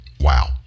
Wow